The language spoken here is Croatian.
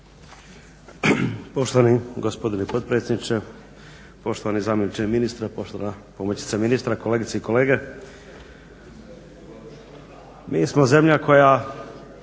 Poštovani gospodine potpredsjedniče, poštovani zamjeniče ministra, poštovana pomoćnice ministra, kolegice i kolege. Mi smo zemlja koja